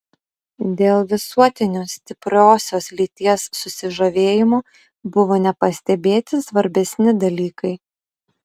dėl visuotinio stipriosios lyties susižavėjimo buvo nepastebėti svarbesni dalykai